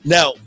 Now